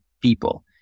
people